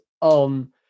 on